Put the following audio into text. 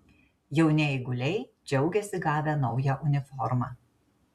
jauni eiguliai džiaugiasi gavę naują uniformą